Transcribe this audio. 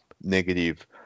negative